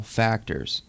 factors